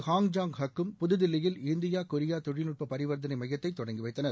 hi ஜாங் ஹக் கும் புதுதில்லியில் இந்தியா கொரியா தொழில்நுட்ப பரிவர்த்தனை மையத்தை தொடங்கி வைத்தனர்